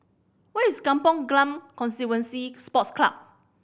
where is Kampong Glam Constituency Sports Club